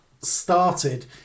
Started